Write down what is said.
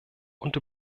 und